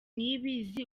niyibizi